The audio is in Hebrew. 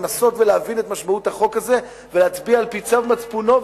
לנסות להבין את משמעות החוק הזה ולהצביע על-פי צו מצפונו,